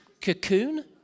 cocoon